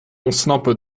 ontsnappen